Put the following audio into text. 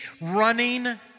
running